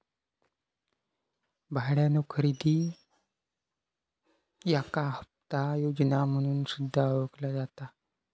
भाड्यानो खरेदी याका हप्ता योजना म्हणून सुद्धा ओळखला जाता